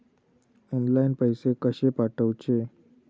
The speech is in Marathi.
ऑनलाइन पैसे कशे पाठवचे?